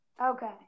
Okay